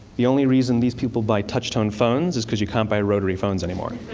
the only reason these people buy touch-tone phones is because you can't buy rotary phones anymore.